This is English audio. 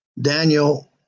Daniel